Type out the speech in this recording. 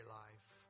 life